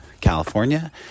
California